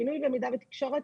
בינוי ומידע ותקשורת,